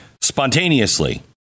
spontaneously